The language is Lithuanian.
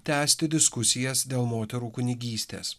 tęsti diskusijas dėl moterų kunigystės